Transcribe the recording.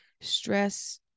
Stress